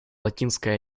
латинской